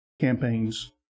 campaigns